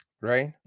right